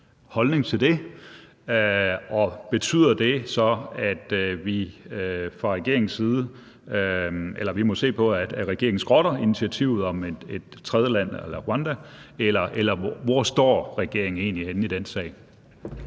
holdning til det? Og betyder det så, at vi må se på, at regeringen skrotter initiativet om et tredjeland eller Rwanda? Eller hvor står regeringen egentlig henne i den sag?